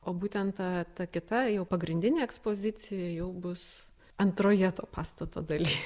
o būtent ta ta kita jau pagrindinė ekspozicija jau bus antroje to pastato daly